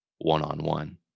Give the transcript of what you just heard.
one-on-one